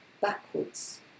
backwards